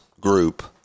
group